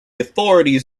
authorities